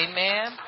Amen